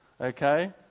Okay